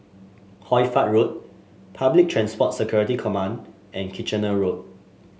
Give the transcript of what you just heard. Hoy Fatt Road Public Transport Security Command and Kitchener Road